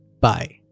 Bye